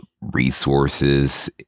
resources